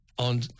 On